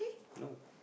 no